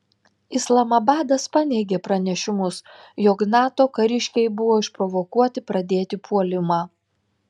islamabadas paneigė pranešimus jog nato kariškiai buvo išprovokuoti pradėti puolimą